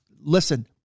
Listen